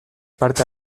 parte